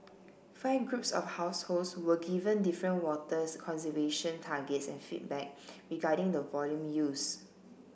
five groups of households were given different water conservation targets and feedback regarding the volume used